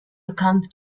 accounts